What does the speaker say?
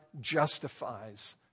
justifies